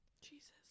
Jesus